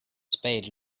spade